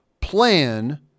plan